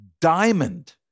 diamond